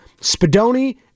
spadoni